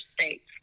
states